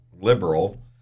liberal